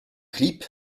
clip